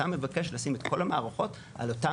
אתה מבקש לשים את כל המערכות על אותה